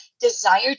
desire